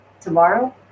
Tomorrow